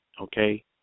okay